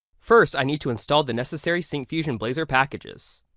first i need to install the necessary syncfusion blazor packages.